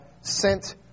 sent